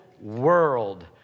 world